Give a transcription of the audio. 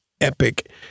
epic